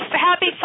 happy